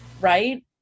Right